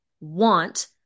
want